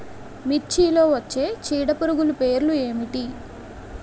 మిర్చిలో వచ్చే చీడపురుగులు పేర్లు ఏమిటి?